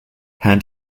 hand